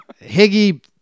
Higgy